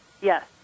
Yes